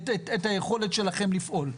את היכולת שלכם לפעול.